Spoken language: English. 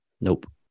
Nope